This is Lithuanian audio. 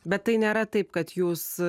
bet tai nėra taip kad jūs